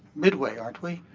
midway, aren't we?